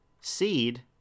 seed